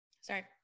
Sorry